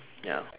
ya